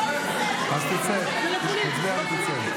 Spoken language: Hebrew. (חבר הכנסת ואליד אלהואשלה יוצא